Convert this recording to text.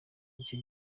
icyo